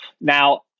Now